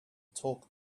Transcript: talk